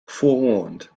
forewarned